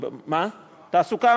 תעסוקה?